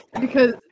because-